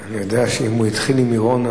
אני יודע שאם הוא התחיל עם מירון,